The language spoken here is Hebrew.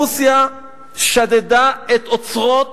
רוסיה שדדה את אוצרות